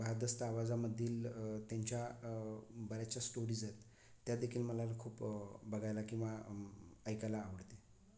भारदस्त आवाजामधील त्यांच्या बऱ्याचशा स्टोरीज आहेत त्यादेखील मला खूप बघायला किंवा ऐकायला आवडते